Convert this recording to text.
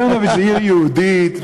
צ'רנוביץ היא עיר יהודית.